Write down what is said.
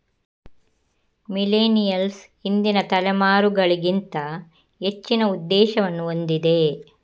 millennials ಹಿಂದಿನ ತಲೆಮಾರುಗಳಿಗಿಂತ ಹೆಚ್ಚಿನ ಉದ್ದೇಶವನ್ನು ಹೊಂದಿದೆ